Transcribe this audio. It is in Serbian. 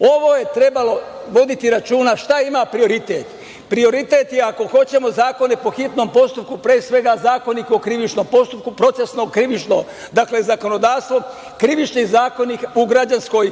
meseci. Trebalo je voditi računa šta je prioritet. Prioritet je ako hoćemo zakone po hitnom postupku pre svega Zakonik o krivičnom postupku, procesno-krivično. Dakle, zakonodavstvo i Krivični zakonik u građanskoj